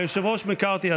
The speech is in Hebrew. היושב-ראש מקארתי,